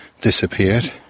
disappeared